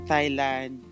Thailand